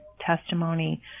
testimony